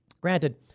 Granted